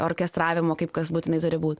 orkestravimo kaip kas būtinai turi būt